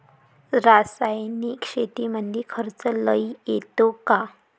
रासायनिक शेतीमंदी खर्च लई येतो का?